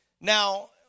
Now